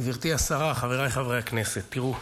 גברתי השרה, חבריי חברי הכנסת, תראו,